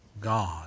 God